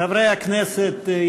חברי הכנסת.